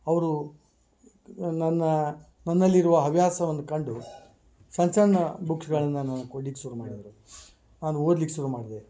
ಅವರು ನನ್ನ ನನ್ನಲ್ಲಿರುವ ಹವ್ಯಾಸವನ್ನ ಕಂಡು ಸಣ್ಣ ಸಣ್ಣ ಬುಕ್ಸ್ಗಳನ್ನ ನನಗ ಕೊಡ್ಲಿಕ್ಕೆ ಶುರು ಮಾಡಿದ್ದರು ನಾನು ಓದ್ಲಿಕ್ಕೆ ಶುರು ಮಾಡ್ದೆ